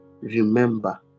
Remember